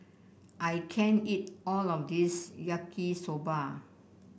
I can't eat all of this Yaki Soba